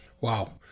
Wow